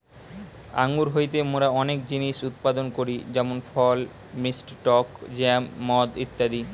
আঙ্গুর হইতে মোরা অনেক জিনিস উৎপাদন করি যেমন ফল, মিষ্টি টক জ্যাম, মদ ইত্যাদি